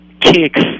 kicks